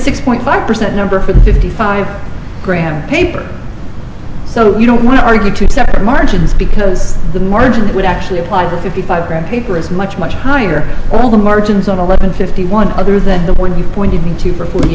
six point five percent number for the fifty five grand paper so you don't want to argue two separate margins because the margin it would actually apply to fifty five grand paper is much much higher all the margins on eleven fifty one other than the one you pointed me to for forty